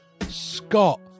Scott